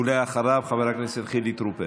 אחריו, חבר הכנסת חילי טרופר.